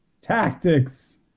tactics